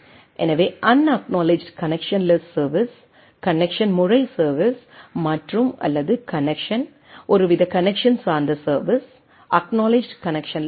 எனவே unacknowledged connectionless service connection முறை service மற்றும் அல்லது கனெக்சன் ஒருவித கனெக்சன் சார்ந்த சர்வீஸ் அக்நாலெட்ஜ்டு கனெக்சன்லெஸ் சர்வீஸ்